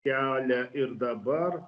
kelia ir dabar